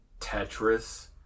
Tetris